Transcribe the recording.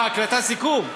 מה, הקלטה זה סיכום?